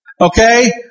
okay